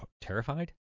terrified